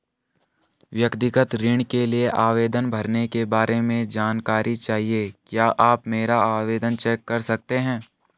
व्यक्तिगत ऋण के लिए आवेदन भरने के बारे में जानकारी चाहिए क्या आप मेरा आवेदन चेक कर सकते हैं?